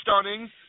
stunning